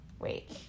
Wait